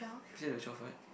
is it the twelve what